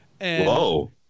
Whoa